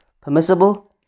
permissible